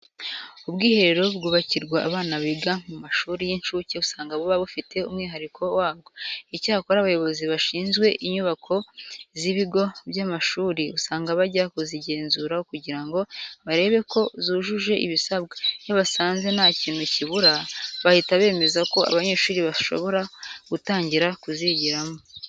Ubwiherero bwubakirwa abana biga mu mashuri y'incuke usanga buba bufite umwihariko wabwo. Icyakora abayobozi bashinzwe inyubako z'ibigo by'amashuri usanga bajya kuzigenzura kugira ngo barebe ko zujuje ibisabwa. Iyo basanze nta kintu kibura, bahita bemeza ko abanyeshuri bashobora gutangira kuzigiramo.